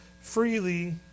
freely